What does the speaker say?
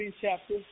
chapter